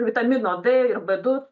vitamino d ir b du